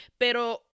Pero